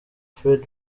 fred